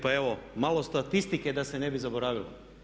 Pa evo malo statistike da se ne bi zaboravilo.